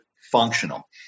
functional